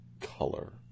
color